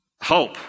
hope